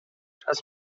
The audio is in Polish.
czas